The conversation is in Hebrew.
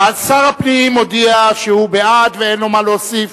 שר הפנים מודיע שהוא בעד ואין לו מה להוסיף.